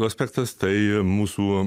aspektas tai mūsų